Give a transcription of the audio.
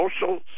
Social